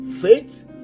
Faith